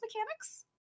mechanics